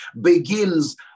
begins